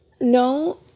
no